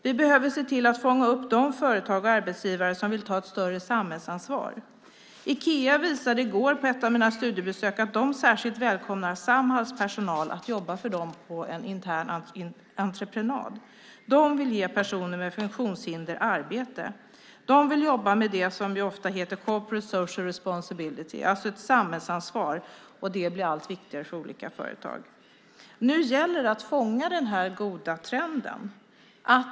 Vi behöver se till att fånga upp de företag och arbetsgivare som vill ta ett större samhällsansvar. Ikea visade i går på ett av mina studiebesök att de särskilt välkomnar Samhalls personal att jobba för dem på intern entreprenad. De vill ge personer med funktionshinder arbete. De vill jobba med det som heter corporate social responsibility , alltså samhällsansvar. Det blir allt viktigare för olika företag. Nu gäller det att fånga den goda trenden.